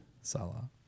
Salah